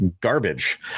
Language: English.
garbage